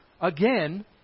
again